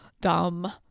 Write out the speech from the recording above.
dumb